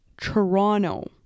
Toronto